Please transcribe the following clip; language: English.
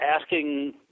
asking